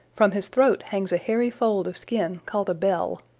from his throat hangs a hairy fold of skin called a bell.